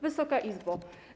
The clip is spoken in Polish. Wysoka Izbo!